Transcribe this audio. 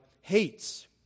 hates